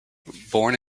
born